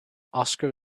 oscar